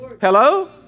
Hello